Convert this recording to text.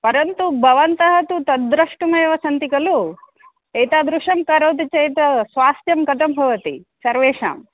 परन्तु भवन्तः तु तद् द्रष्टुमेव सन्ति खलु एतादृशं करोति चेत् स्वास्थ्यं कथं भवति सर्वेषाम्